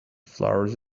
flowers